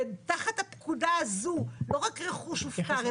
ותחת הפקודה הזאת לא רק רכוש הופקר,